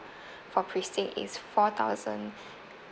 for prestige is four thousand